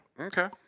Okay